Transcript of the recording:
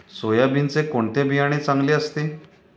सोयाबीनचे कोणते बियाणे चांगले असते?